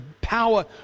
power